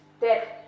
dead